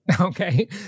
Okay